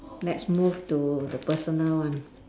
let's move to the personal one